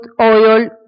oil